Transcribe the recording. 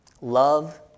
love